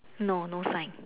no no sign